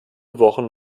wochen